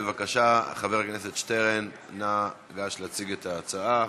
חבר הכנסת שטרן, אנא גש להציג את ההצעה.